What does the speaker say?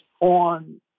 on